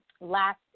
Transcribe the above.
last